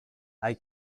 hay